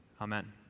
Amen